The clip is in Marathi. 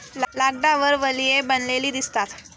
लाकडावर वलये बनलेली दिसतात